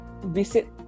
visit